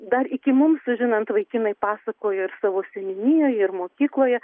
dar iki mums sužinant vaikinai pasakojo ir savo seniūnijoje ir mokykloje